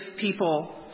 people